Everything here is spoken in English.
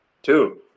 Two